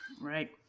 right